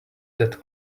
that